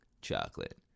Chocolate